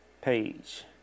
page